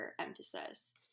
emphasis